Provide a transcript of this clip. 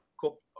Cool